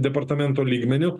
departamentų lygmeniu